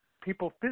People